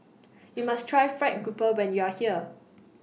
YOU must Try Fried Grouper when YOU Are here